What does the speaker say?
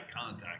contact